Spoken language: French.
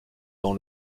dans